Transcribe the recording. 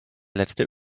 letzte